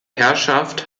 herrschaft